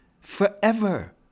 forever